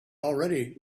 already